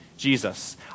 Jesus